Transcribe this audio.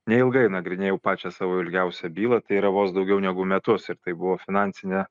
neilgai nagrinėjau pačią savo ilgiausią bylą tai yra vos daugiau negu metus ir tai buvo finansinė